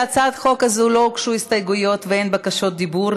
להצעת חוק זו לא הוגשו הסתייגויות ואין בקשות דיבור,